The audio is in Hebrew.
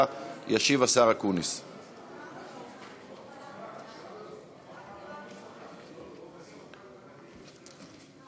ותעבור לוועדת החוקה,